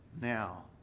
now